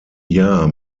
jahr